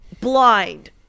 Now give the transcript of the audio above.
blind